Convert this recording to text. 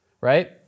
Right